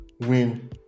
win